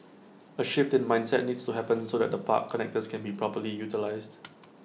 A shift in mindset needs to happen so that the park connectors can be properly utilised